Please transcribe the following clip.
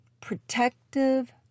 Protective